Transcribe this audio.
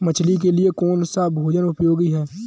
मछली के लिए कौन सा भोजन उपयोगी है?